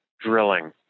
drilling